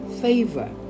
favor